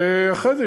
אחרי זה,